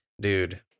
dude